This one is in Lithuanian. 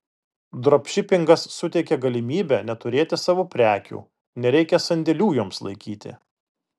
dropšipingas suteikia galimybę neturėti savo prekių nereikia sandėlių joms laikyti